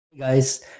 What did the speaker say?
Guys